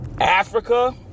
Africa